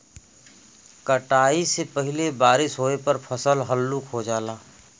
कटाई से पहिले बारिस होये पर फसल हल्लुक हो जाला